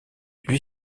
lui